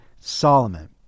Solomon